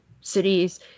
cities